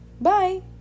Bye